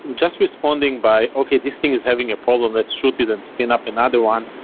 just responding by, okay this thing is having a problem. let's shoot it and spin up another one,